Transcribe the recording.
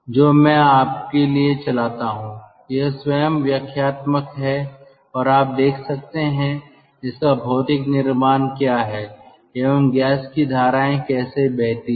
जो मैं आपके लिए चलाता हूं यह स्वयं व्याख्यात्मक है और आप देख सकते हैं इसका भौतिक निर्माण क्या है एवं गैस की धाराएँ कैसे बहती हैं